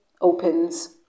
opens